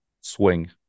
swing